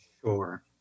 sure